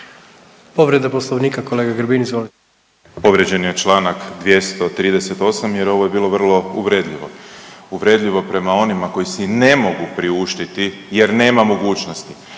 Povrijeđen je čl. 238. jer ovo je bilo vrlo uvredljivo, uvredljivo prema onima koji si ne mogu priuštiti jer nema mogućnosti.